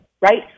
right